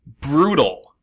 Brutal